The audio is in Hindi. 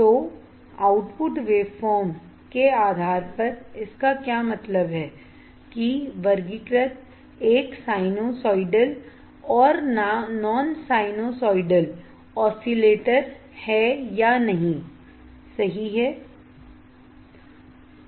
तो आउटपुट वेव फॉर्म के आधार पर इसका क्या मतलब है कि वर्गीकृत एक साइनसोइडल और नॉन साइनसोइडल ऑसिलेटर सही है